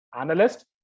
analyst